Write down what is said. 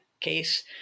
case